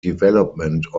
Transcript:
development